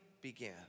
began